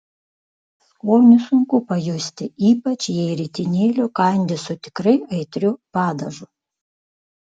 skonį sunku pajusti ypač jei ritinėlio kandi su tikrai aitriu padažu